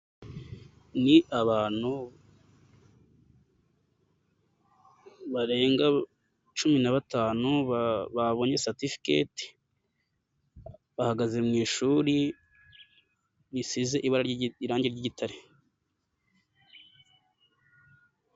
Ni abantu barenga cumi na batanu babonye satifikate, bahagaze mu ishuri risize ibara irangi ry'igitare.